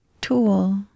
tool